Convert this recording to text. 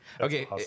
Okay